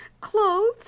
Clothes